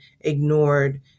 ignored